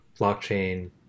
blockchain